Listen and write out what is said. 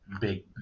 big